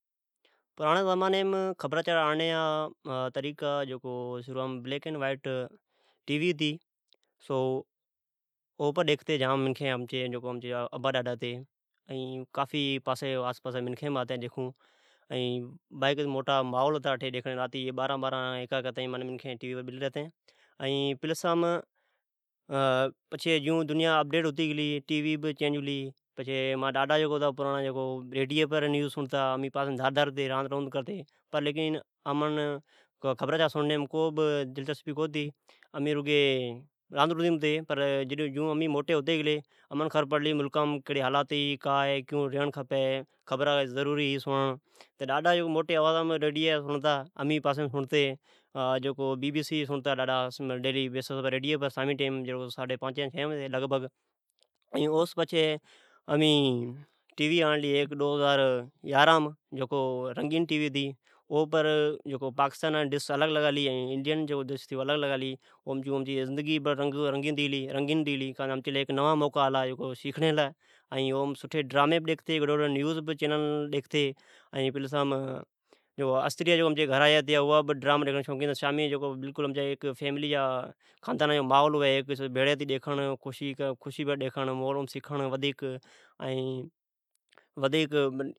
پرانڑی زمانیم خبرا چارا آنڑنی جا طریقا جکو شروآم بلیک اینڈ وائیٹ ٹی وی ہتی۔ سو اہپر ڈیکھتی جام منکھیں امچی ابا ڈاڈا ھتے۔ ایں قافئ آسی پاسی جی منکھئں بہ آتی ڈیکھون ائین بائی قائد موٹا ماحول ھتا اٹھی ۔ راتی جی اٹھی بارا بارا ھکا ھکا تائیں اٹھی منکھین ٹی وی پربیلی ریتین۔ پلسام جیون دنیان اپڈیڈ ھتی گلی ٹی وی بہ چینج ھلی پچھی ماجھا ڈاڈا جکو پرانڑا ھتا او ریڈیئی پر نیوز سنڑ تا امی داری داری ھتی پاسی م راند کرتی پر امان خبرا چارا سنڑنی کو بہ دلچسبی ھتی۔ امین رگھی راند رودیم ھتی جیون امی موٹی ھتی گلی امان خبر پڑلی ملکام کیھڑی حالات ھی کا ھہ کیون رینڑکھیپی خبرا ضروری ھی سنڑڑ داڈا جکو موٹی آوازام ریڈیئی سنڑتا ۔ امی پاسیم سنڑتی جکوبی بی سی سنڑتا ڈیلی شامی جی سدی پانچین بجی این اوس پچھی امین ھیک ٹی وی ڈو ھزایاران م جکو رنگین تی وی ھتی او پر پاکستان جی ڈس الگ لگالی این انڈین ڈس الگ لگالیاو پچھی امچی زندگی بہ رنگین ھتی گلی۔ کا تو امان لی ھیک نوا نوکا آلا سیکھنڑ لی امین اوم ڈرامی ڈیکھیتی این گڈو گڈ نیوز چئینل ڈیکھتی استریا امچیا گھرا جا ڈرامی ڈیکھتیا ۔شوقین ھتیا ۔شامیجی سب امچا پریوار یا خاندان بھڑی بیستی ڈرامی خشی س ڈیکھنڑ این ودیک سیکھنڑ